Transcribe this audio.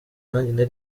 nanjye